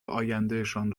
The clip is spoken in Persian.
آیندهشان